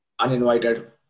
uninvited